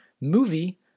Movie